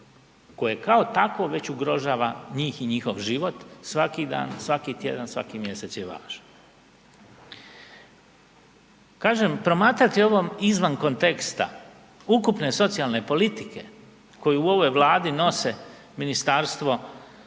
koje kao takvo već ugrožava njih i njihov život, svaki dan, svaki tjedan, svaki mjesec je važan. Kažem, promatrati ovo izvan konteksta ukupne socijalne politike koje u ovoj Vladi nose ministarstvo